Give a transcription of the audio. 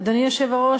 אדוני היושב-ראש,